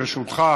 ברשותך,